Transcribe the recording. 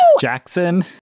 Jackson